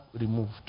removed